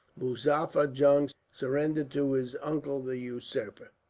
muzaffar jung surrendered to his uncle, the usurper.